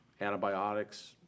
antibiotics